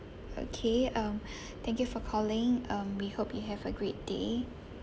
okay um thank you for calling um we hope you have a great day